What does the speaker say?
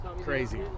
crazy